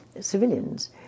civilians